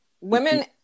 Women